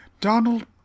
Donald